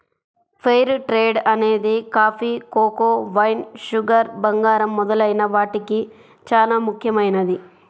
fair trade అనేది coffee, cocoa, wine, sugar, బంగారం మొదలైన వాటికి చానా ముఖ్యమైనది